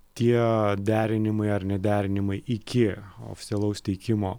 tie derinimai ar ne derinimai iki oficialaus teikimo